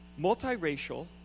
multiracial